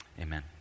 Amen